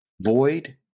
void